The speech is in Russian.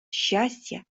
счастья